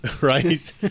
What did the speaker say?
Right